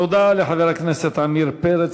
תודה לחבר הכנסת עמיר פרץ.